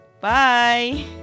Bye